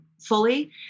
fully